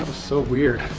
so weird.